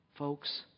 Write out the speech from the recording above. Folks